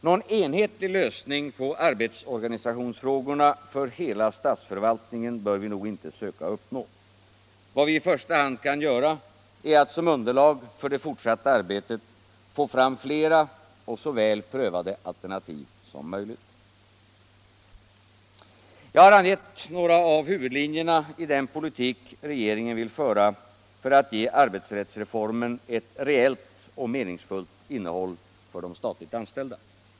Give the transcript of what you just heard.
Någon enhetlig lösning på arbetsorganisationsfrågorna för hela statsförvaltningen bör vi nog inte söka uppnå. Vad vi i första hand kan göra är att som underlag för det fortsatta arbetet få fram flera och så väl prövade alternativ som möjligt. Jag har angett några av huvudlinjerna i den politik regeringen vill föra för att ge arbetsrättsreformen ett rejält och meningsfullt innehåll för de statligt anställda.